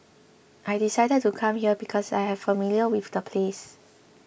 I decided to come here because I was familiar with the place